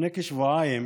לפני כשבועיים